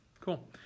Cool